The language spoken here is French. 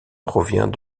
provient